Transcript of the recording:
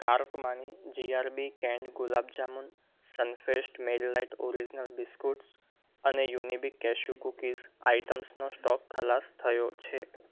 કાર્ટમાંની GRB canned gulab jamun Sunfeast Marie light original biscuits અને Unibic cashew cookies આઇટમ્સનો stock ખલાસ થયો છે